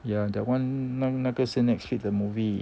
ya that one 弄那个是 netflix 的 movie